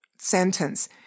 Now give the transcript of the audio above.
sentence